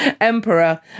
Emperor